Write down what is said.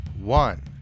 One